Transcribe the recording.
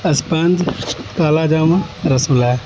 sponge کالا جامہ رس ملائی